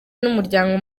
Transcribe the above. n’umuryango